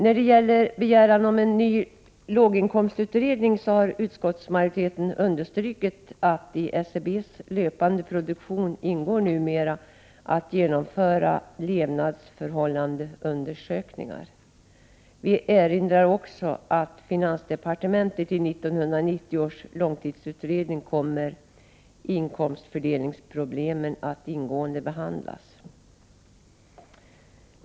När det gäller begäran om en ny låginkomstutredning har utskottsmajoriteten understrukit att i SCB:s löpande produktion ingår numera att genomföra levnadsförhållandeundersökningar. Vi erinrar också om att i 1990 års långtidsutredning kommer inkomstfördelningsproblemen att ingående behandlas.